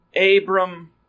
Abram